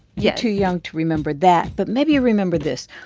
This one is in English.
you're too young to remember that, but maybe you remember this.